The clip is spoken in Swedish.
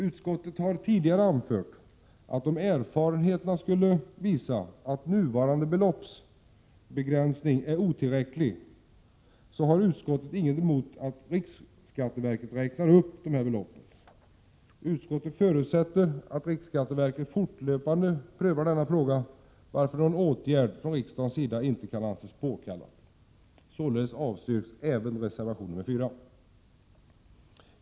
Utskottet har tidigare anfört, att om erfarenheterna skulle visa att nuvarande beloppsbegränsning är otillräcklig, har utskottet inget emot att riksskatteverket räknar upp detta belopp. Utskottet förutsätter att RSV fortlöpande prövar denna fråga, varför någon åtgärd från riksdagens sida inte kan anses påkallad. Således avstyrks även reservation 4.